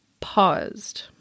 paused